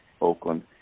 Oakland